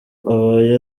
abaye